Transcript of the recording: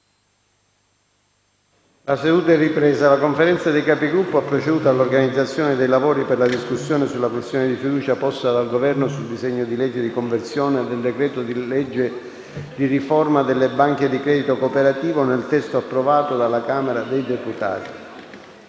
Onorevoli colleghi, la Conferenza dei Capigruppo ha proceduto all'organizzazione dei lavori per la discussione sulla questione di fiducia posta dal Governo sul disegno di legge di conversione del decreto-legge di riforma delle banche di credito cooperativo, nel testo approvato dalla Camera dei deputati.